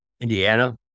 Indiana